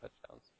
touchdowns